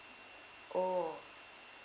oh